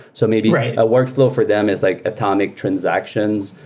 so maybe a workflow for them is like atomic transactions,